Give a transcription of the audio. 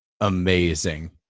amazing